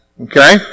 Okay